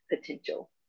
potential